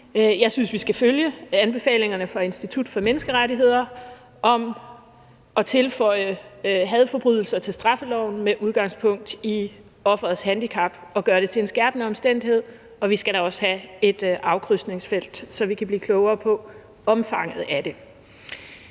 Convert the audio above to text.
Jeg synes, vi skal følge anbefalingerne fra Institut for Menneskerettigheder om at tilføje hadforbrydelser til straffeloven med udgangspunkt i offerets handicap og gøre det til en skærpende omstændighed, og vi skal da også have et afkrydsningsfelt, så vi kan blive klogere på omfanget af det.